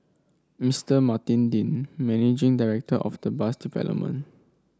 Mister Martin Dean managing director of the bus development